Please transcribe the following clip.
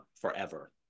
forever